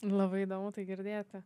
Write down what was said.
labai įdomu tai girdėti